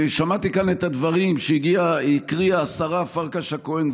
שמעתי כאן את הדברים שהקריאה השרה פרקש הכהן.